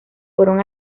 fueron